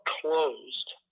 closed